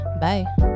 bye